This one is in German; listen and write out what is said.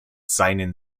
seinen